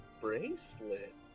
bracelet